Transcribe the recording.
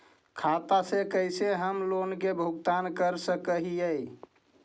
खाता से कैसे हम लोन के भुगतान कर सक हिय?